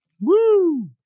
Woo